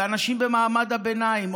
ואנשים במעמד הביניים,